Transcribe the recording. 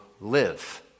live